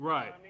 Right